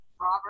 robert